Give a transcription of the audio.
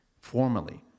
formally